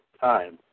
time